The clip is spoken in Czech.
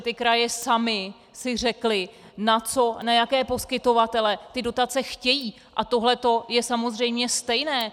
Ty kraje samy si řekly, na jaké poskytovatele ty dotace chtějí, a tohle je samozřejmě stejné.